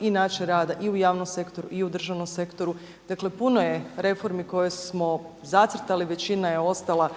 i našeg rada i u javnom sektoru i u državnom sektoru. Dakle puno je reformi koje smo zacrtali, većina je ostala